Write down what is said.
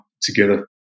together